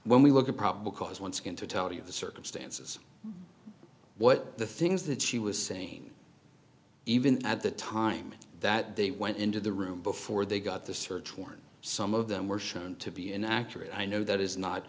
when we look at probable cause once again to tell you the circumstances what are the things that she was saying even at the time that they went into the room before they got the search warrant some of them were shown to be inaccurate i know that is not